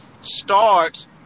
starts